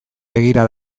begira